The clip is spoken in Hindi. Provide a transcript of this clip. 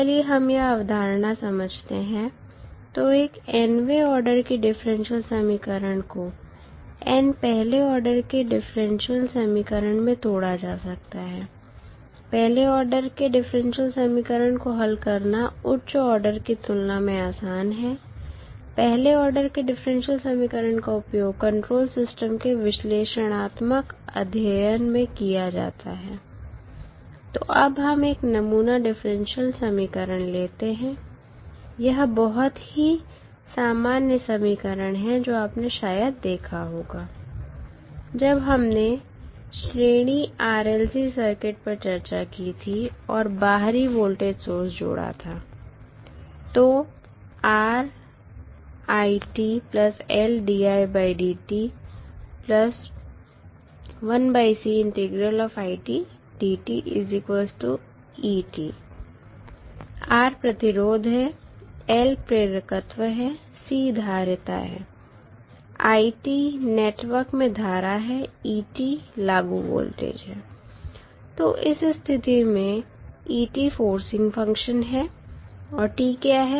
चलिए हम यह अवधारणा समझते हैं तो एक n वे आर्डर की डिफरेंशियल समीकरण को n पहले आर्डर के डिफरेंशियल समीकरण में तोड़ा जा सकता है पहले आर्डर के डिफरेंशियल समीकरण को हल करना उच्च आर्डर की तुलना में आसान है पहले आर्डर के डिफरेंशियल समीकरण का उपयोग कंट्रोल सिस्टम के विश्लेषणात्मक अध्ययन में किया जाता है तो अब हम एक नमूना डिफरेंशियल समीकरण लेते हैं यह बहुत ही सामान्य समीकरण है जो आपने शायद देखा होगा जब हमने श्रेणी RLC सर्किट पर चर्चा की थी और बाहरी वोल्टेज सोर्स जोड़ा था तो R प्रतिरोध है L प्रेरकत्व है C धारिता है i नेटवर्क में धारा है et लागू वोल्टेज है तो इस स्थिति में e फोर्सिंग फंक्शन है और t क्या है